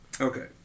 Okay